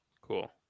Cool